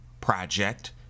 project